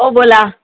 हो बोला